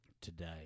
Today